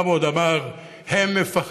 פעם הוא עוד אמר: הם מפחדים.